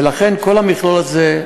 ולכן כל המכלול הזה,